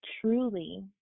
truly